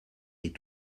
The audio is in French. est